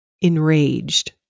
enraged